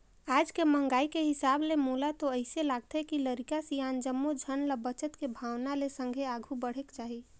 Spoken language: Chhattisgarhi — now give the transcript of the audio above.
आज के महंगाई के हिसाब ले मोला तो अइसे लागथे के लरिका, सियान जम्मो झन ल बचत के भावना ले संघे आघु बढ़ेक चाही